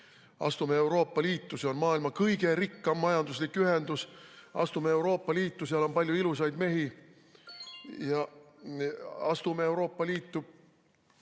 astume Euroopa Liitu, see on maailma kõige rikkam majanduslik ühendus. Astume Euroopa Liitu, seal on palju ilusaid mehi. Astume Euroopa Liitu,